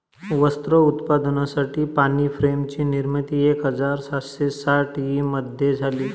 वस्त्र उत्पादनासाठी पाणी फ्रेम ची निर्मिती एक हजार सातशे साठ ई मध्ये झाली